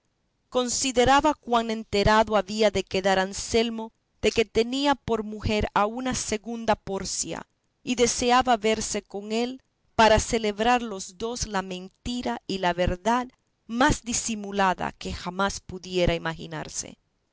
consideraba cuán enterado había de quedar anselmo de que tenía por mujer a una segunda porcia y deseaba verse con él para celebrar los dos la mentira y la verdad más disimulada que jamás pudiera imaginarse